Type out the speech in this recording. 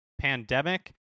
Pandemic